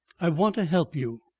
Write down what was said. i want to help you.